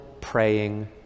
praying